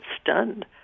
stunned